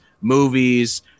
movies